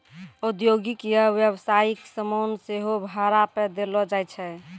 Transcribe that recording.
औद्योगिक या व्यवसायिक समान सेहो भाड़ा पे देलो जाय छै